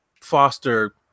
foster